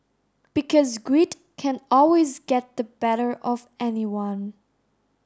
because greed can always get the better of anyone